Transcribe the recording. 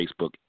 Facebook